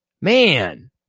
Man